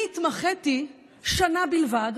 אני התמחיתי שנה בלבד,